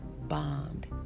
bombed